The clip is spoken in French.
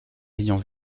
ayant